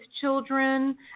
children